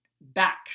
back